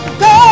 go